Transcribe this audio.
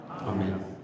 Amen